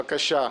בבקשה,